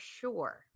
sure